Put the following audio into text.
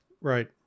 Right